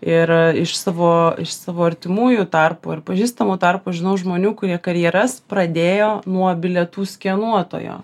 ir iš savo iš savo artimųjų tarpo ir pažįstamų tarpo žinau žmonių kurie karjeras pradėjo nuo bilietų skenuotojo